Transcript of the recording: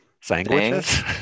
Sandwiches